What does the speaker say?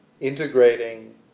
integrating